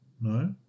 No